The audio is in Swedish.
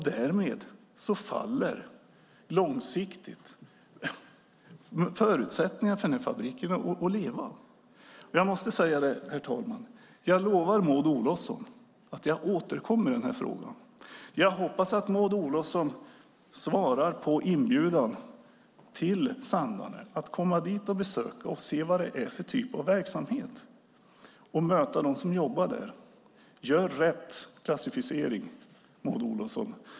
Därmed faller långsiktigt förutsättningarna för fabriken att leva. Jag måste, herr talman, säga att jag lovar Maud Olofsson att jag återkommer i den här frågan. Jag hoppas att Maud Olofsson svarar på inbjudan att komma till Sandarne och besöka fabriken och se vilken typ av verksamhet som det handlar om och möta dem som jobbar där. Gör rätt klassificering, Maud Olofsson!